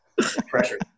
Pressure